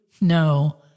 No